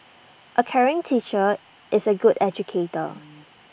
A caring teacher is A good educator